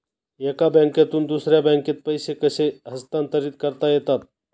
एका बँकेतून दुसऱ्या बँकेत पैसे कसे हस्तांतरित करता येतात?